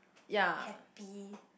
happy